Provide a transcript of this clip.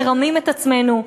מרמים את עצמנו,